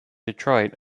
detroit